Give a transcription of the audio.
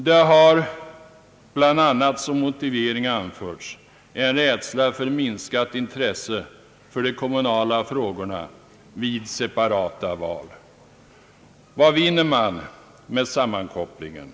Det har bl.a. som motivering anförts en rädsla för minskat intresse för de kommunala frågorna vid separata val. Vad vinner man med sammankopplingen?